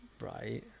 Right